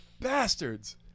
bastards